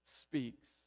speaks